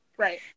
Right